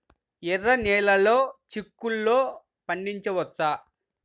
ఎర్ర నెలలో చిక్కుల్లో పండించవచ్చా?